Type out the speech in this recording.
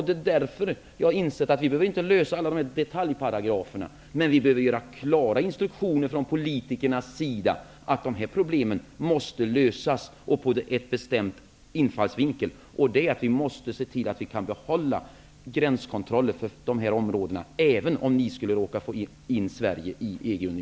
Det är därför jag inser att vi inte behöver lösa detaljparagraferna, men vi politiker behöver ge klara instruktioner om att dessa problem måste lösas med en bestämd infallsvinkel, dvs. att vi måste se till att vi kan behålla gränskontrollerna för dessa områden, även om ni skulle råka få Sverige med i